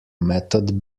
method